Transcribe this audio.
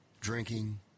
Drinking